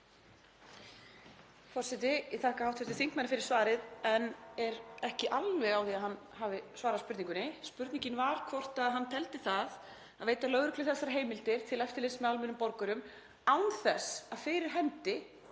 en er ekki alveg á því að hann hafi svarað spurningunni. Spurningin var hvort hann teldi það að veita lögreglunni þessar heimildir til eftirlits með almennum borgurum án þess að fyrir hendi